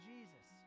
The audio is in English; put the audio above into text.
Jesus